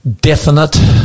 definite